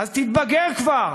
אז תתבגר כבר,